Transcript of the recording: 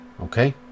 okay